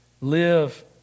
live